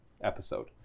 episode